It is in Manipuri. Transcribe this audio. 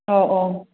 ꯑꯧ ꯑꯧ